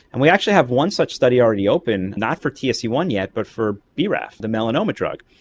and we actually have one such study already open, not for t s e one yet but for braf, the melanoma drug.